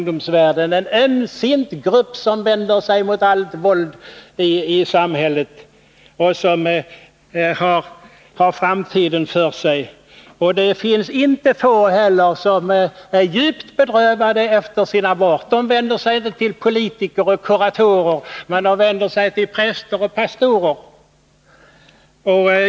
Där finns en ömsint grupp, som vänder sig mot allt våld i samhället och som har framtiden för sig. Och de är inte heller få, som är djupt bedrövade efter sin abort. De vänder sig inte till politiker och kuratorer, utan de vänder sig till präster och pastorer.